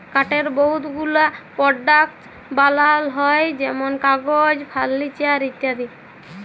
কাঠের বহুত গুলা পরডাক্টস বালাল হ্যয় যেমল কাগজ, ফারলিচার ইত্যাদি